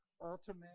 ultimate